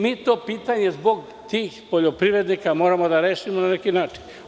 Mi to pitanje zbog tih poljoprivrednika moramo da rešimo na neki način.